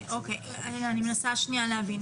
אני מנסה להבין.